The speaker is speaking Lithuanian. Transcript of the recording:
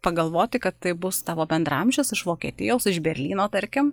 pagalvoti kad tai bus tavo bendraamžis iš vokietijaus iš berlyno tarkim